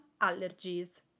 allergies